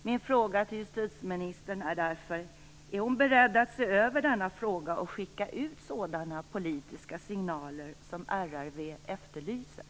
Min fråga till justitieministern är därför: Är hon beredd att se över denna fråga och skicka ut sådana politiska signaler som RRV efterlyser?